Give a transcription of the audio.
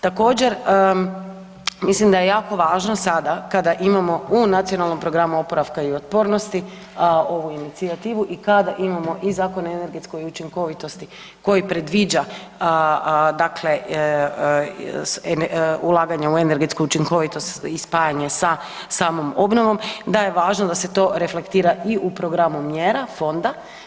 Također, mislim da je jako važno sada kada imamo u Nacionalnom programu oporavka i otpornosti ovu inicijativu i kada imamo i Zakon o energetskoj učinkovitosti koji predviđa dakle ulaganja u energetsku učinkovitost i spajanje sa samom obnovom da je važno da se to reflektira i u programu mjera fonda.